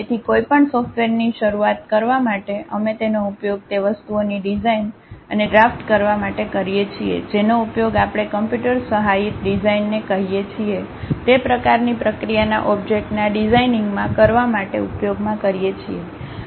તેથી કોઈપણ સોફ્ટવેરથી શરૂ કરવા માટે અમે તેનો ઉપયોગ તે વસ્તુઓની ડિઝાઇન અને ડ્રાફ્ટ કરવા માટે કરીએ છીએ જેનો ઉપયોગ આપણે કમ્પ્યુટર સહાયિત ડિઝાઇનને કહીએ છીએ તે પ્રકારની પ્રક્રિયાના ઓબ્જેક્ટ ના ડિઝાઇનિંગમાં કરવા માટે ઉપયોગમાં કરીએ છીએ